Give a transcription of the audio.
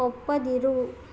ಒಪ್ಪದಿರು